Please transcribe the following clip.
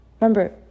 Remember